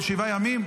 ב-7 ימים.